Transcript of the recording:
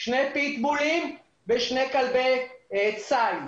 אלא בשני פיטבולים ושני כלבי ציד.